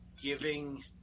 giving